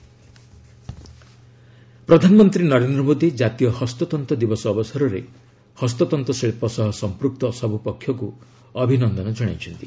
PM handloom day ପ୍ରଧାନମନ୍ତ୍ରୀ ନରେନ୍ଦ୍ର ମୋଦୀ ଜାତୀୟ ହସ୍ତତନ୍ତ ଦିବସ ଅବସରରେ ହସ୍ତତନ୍ତ ଶିଳ୍ପ ସହ ସମ୍ପୂକ୍ତ ସବୁ ପକ୍ଷଙ୍କୁ ଅଭିନନ୍ଦନ ଜଣାଇଛନ୍ତି